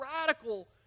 radical